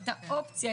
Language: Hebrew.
את האופציה,